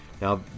Now